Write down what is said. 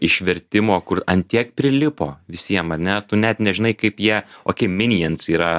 išvertimo kur ant tiek prilipo visiem ane tu net nežinai kaip jie okei minjens yra